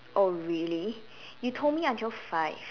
oh really you told me until five